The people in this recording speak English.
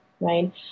right